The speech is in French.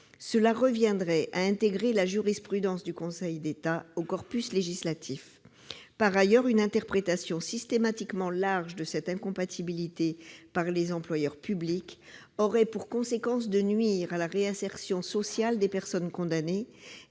Cela reviendrait à intégrer la jurisprudence du Conseil d'État au corpus législatif. Par ailleurs, une interprétation systématiquement large de cette incompatibilité par les employeurs publics aurait pour conséquence de nuire à la réinsertion sociale des personnes condamnées,